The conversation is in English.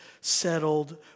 settled